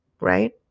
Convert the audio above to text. right